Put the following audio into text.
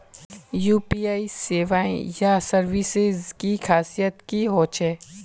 UPI सेवाएँ या services की खासियत की होचे?